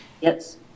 Yes